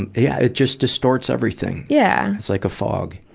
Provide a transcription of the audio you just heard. and yeah, it just distorts everything. yeah it's like a fog.